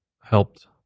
helped